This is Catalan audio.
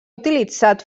utilitzat